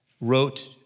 wrote